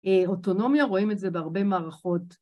אוטונומיה, רואים את זה בהרבה מערכות.